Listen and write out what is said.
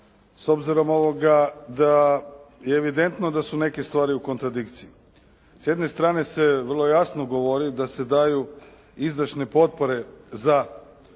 s obzirom da je evidentno da su neke stvari u kontradikciji. S jedne strane se vrlo jasno govori da se daju izvršne potpore za